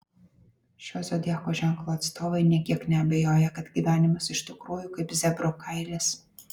šio zodiako ženklo atstovai nė kiek neabejoja kad gyvenimas iš tikrųjų kaip zebro kailis